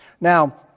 Now